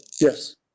Yes